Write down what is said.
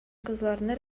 кызларны